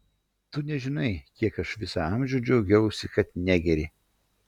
tu nežinai kiek aš visą amžių džiaugiausi kad negeri